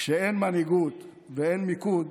כשאין מנהיגות ואין מיקוד